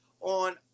on